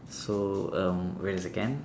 so um wait a second